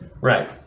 Right